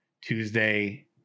Tuesday